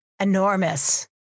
Enormous